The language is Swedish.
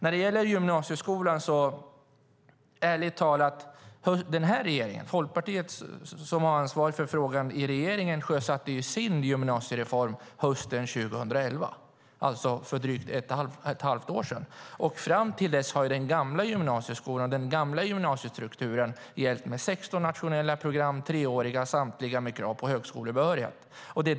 När det gäller gymnasieskolan vill jag säga att den nuvarande regeringen, där Folkpartiet har ansvar för utbildningsfrågorna, sjösatte sin gymnasiereform hösten 2011, alltså för ett drygt halvår sedan. Fram till dess gällde den gamla gymnasieskolan, den gamla gymnasiestrukturen med 16 treåriga nationella program, samtliga med krav på högskolebehörighet.